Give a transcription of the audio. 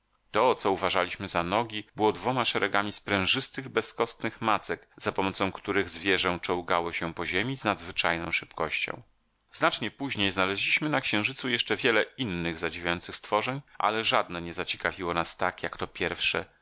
to co uważaliśmy za nogi było dwoma szeregami sprężystych bezkostnych macek za pomocą których zwierzę czołgało się po ziemi z nadzwyczajną szybkością znacznie później znaleźliśmy na księżycu jeszcze wiele innych zadziwiających stworzeń ale żadne nie zaciekawiło nas tak jak to pierwsze